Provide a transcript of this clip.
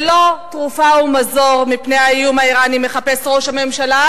שלא תרופה ומזור מפני האיום האירני מחפש ראש הממשלה,